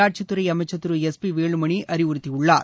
உள்ளாட்சித் துறை அமைச்சர் திரு எஸ் பி வேலுமணி அறிவுறுத்தியுள்ளார்